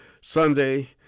Sunday